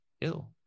ill